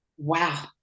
wow